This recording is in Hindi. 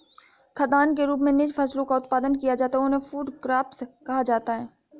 खाद्यान्न के रूप में जिन फसलों का उत्पादन किया जाता है उन्हें फूड क्रॉप्स कहा जाता है